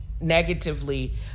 negatively